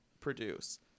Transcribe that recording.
produce